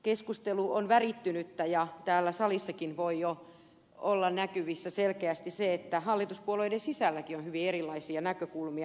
keskustelu on värittynyttä ja täällä salissakin voi jo olla näkyvissä selkeästi se että hallituspuolueiden sisälläkin on hyvin erilaisia näkökulmia